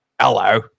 Hello